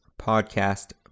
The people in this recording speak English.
podcast